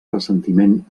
ressentiment